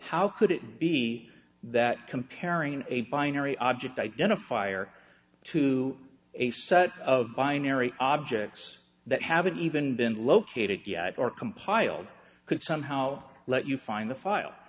how could it be that comparing a binary object identifier to a set of binary objects that haven't even been located or compiled could somehow let you find the file